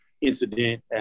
incident